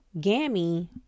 Gammy